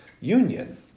union